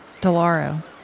Delaro